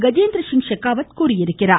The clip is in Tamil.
கஜேந்திரசிங் ஷெகாவத் தெரிவித்திருக்கிறார்